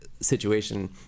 situation